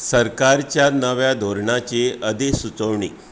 सरकारच्या नव्या धोरणाची अधिसुचोवणी